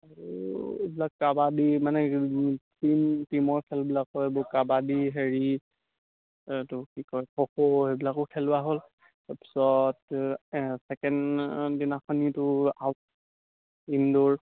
তোৰ এইবিলাক কাবাডী মানে টিম টিমৰ খেলবিলাক হয় এইবোৰ কাবাডী হেৰি এইটো কি কয় খো খো সেইবিলাকো খেলোৱা হ'ল তাৰপিছত ছেকেণ্ড দিনাখনি তোৰ আউট ইনড'ৰ